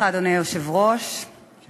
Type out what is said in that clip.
אדוני היושב-ראש, תודה לך.